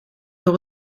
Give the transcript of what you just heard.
door